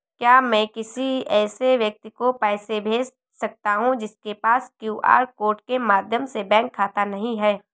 क्या मैं किसी ऐसे व्यक्ति को पैसे भेज सकता हूँ जिसके पास क्यू.आर कोड के माध्यम से बैंक खाता नहीं है?